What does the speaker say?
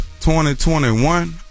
2021